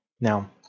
Now